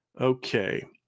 Okay